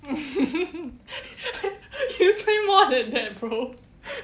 you say more than that bro